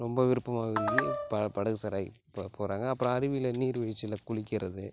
ரொம்ப விருப்பம் ஆகுது ப படகு சரை போ போகிறாங்க அப்புறம் அருவியில நீர் விழ்ச்சியில குளிக்கிறது